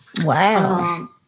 Wow